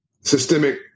systemic